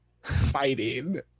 fighting